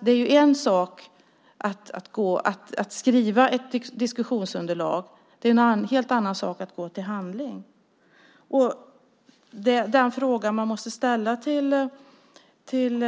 Det är ju en sak att skriva ett diskussionsunderlag och en helt annan sak att gå till handling. Det finns en fråga man måste ställa till